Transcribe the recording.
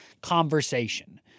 conversation